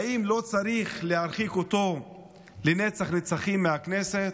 האם לא צריך להרחיק אותו לנצח-נצחים מהכנסת?